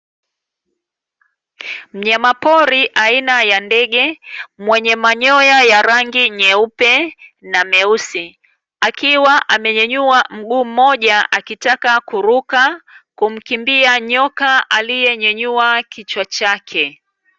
Mnyama pori aina ya ndege mwenye manyoya ya rangi nyeupe na meusi, akiwa amenyanyua mguu mmoja akitaka kuruka, kumkimbia nyoka aliyenyanyua kichwa chake.